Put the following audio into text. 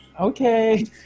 Okay